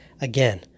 Again